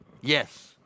Yes